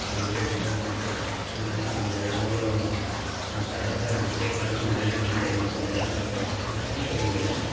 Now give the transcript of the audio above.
ನಾನು video share ಮಾಡ್ಕೊಟ್ರೆ ಅದನ್ನೆಲ್ಲ ಒಂದು ಎರ್ಡು ಮೂರು ತರಹದ ಕೇಕ್ಗಳನ್ನು ಮನೆಯಲ್ಲೇ ಮಾಡಿ ನಮ್ಗೆ ಕೊಟ್ಟಿದ್ದಾಳೆ ಬಟ್ಟು ಚೆನ್ನಾಗಿ ಬಂದಿದೆ